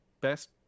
best